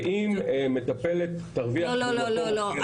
ואם מטפלת תרוויח --- לא, לא, לא.